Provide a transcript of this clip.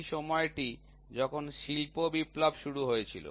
সেই সময়টি যখন শিল্প বিপ্লব শুরু হয়েছিল